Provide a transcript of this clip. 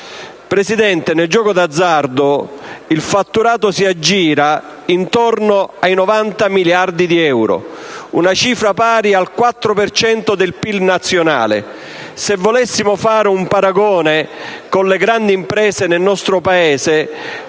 Presidente, nel gioco d'azzardo il fatturato si aggira intorno ai 90 miliardi di euro, una cifra pari al 4 per cento del PIL nazionale. Se volessimo fare un paragone con le grandi imprese del nostro Paese,